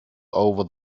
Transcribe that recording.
over